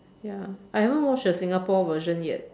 ya I haven't watch the Singapore version yet